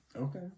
okay